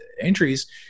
entries